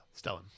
Stellan